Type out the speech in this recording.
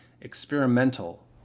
experimental